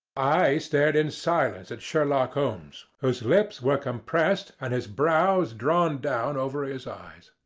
i stared in silence at sherlock holmes, whose lips were compressed and his brows drawn down over his eyes.